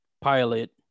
pilot